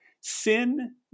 sin